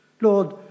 Lord